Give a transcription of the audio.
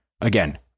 Again